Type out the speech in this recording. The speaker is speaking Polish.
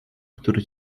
który